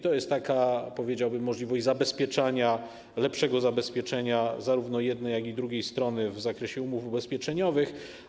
To jest taka, powiedziałbym, możliwość lepszego zabezpieczenia zarówno jednej, jak i drugiej strony w zakresie umów ubezpieczeniowych.